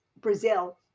Brazil